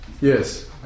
Yes